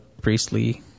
priestly